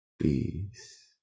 peace